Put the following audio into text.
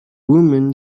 woman